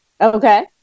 okay